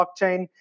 blockchain